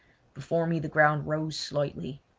before me the ground rose slightly.